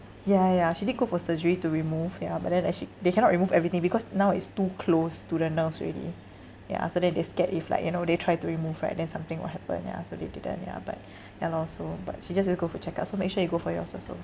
ya ya ya she did go for surgery to remove ya but then actually they cannot remove everything because now it's too close to the nerves already ya so then they scared if like you know they try to remove right then something will happen ya so they didn't ya but ya lor so but she just just go for checkup so make sure you go for yours also